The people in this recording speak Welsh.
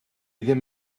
ddim